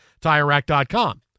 TireRack.com